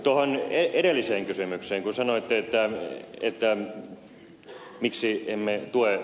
tuohon edelliseen kysymykseen kun kysyitte miksi emme tue teollisuutta